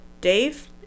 Dave